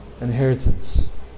inheritance